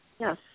Yes